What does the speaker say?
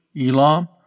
Elam